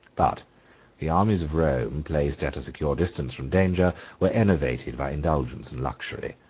but the armies of rome, placed at a secure distance from danger, were enervated by indulgence and luxury.